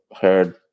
heard